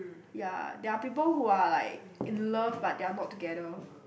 ya there are people who are like in love but they are not together